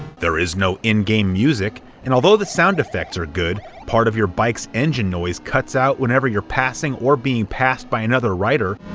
there is no in-game music, and although the sound effects are good, part of your bike's engine noise cuts out whenever you're passing or being passed by another rider,